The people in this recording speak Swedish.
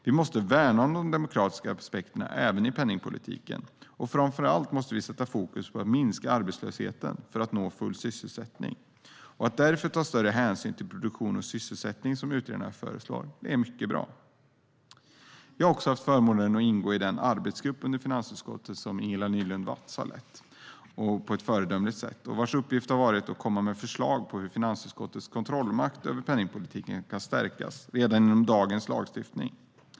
Vi måste värna de demokratiska aspekterna, även i penningpolitiken. Framför allt måste vi sätta fokus på att minska arbetslösheten för att nå full sysselsättning. Att därför ta större hänsyn till produktion och sysselsättning, som utredarna föreslår, är mycket bra. Jag har haft förmånen att ingå i den arbetsgrupp under finansutskottet som Ingela Nylund Watz på ett föredömligt sätt har lett, vars uppgift har varit att komma med förslag på hur finansutskottets kontrollmakt över penningpolitiken kan stärkas redan inom dagens lagstiftning.